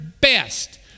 best